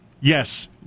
yes